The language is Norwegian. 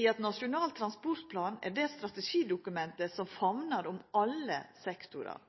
i at Nasjonal transportplan er det strategidokumentet som famnar om alle sektorar